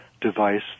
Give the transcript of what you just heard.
device